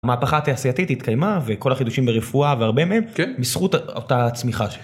מהפכה התעשייתית התקיימה וכל החידושים ברפואה והרבה מהם בזכות אותה הצמיחה.